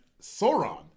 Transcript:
Sauron